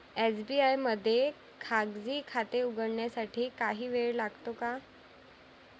SBI मध्ये खाजगी खाते उघडण्यासाठी काही वेळ लागतो का?